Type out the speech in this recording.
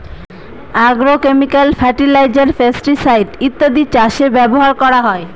agrochemical fertiliser, pesticide ইত্যাদি চাষে ব্যবহার করা হয়